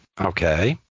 Okay